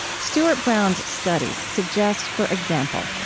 stuart brown's studies suggest, for example,